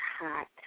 hot